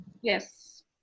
Yes